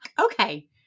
okay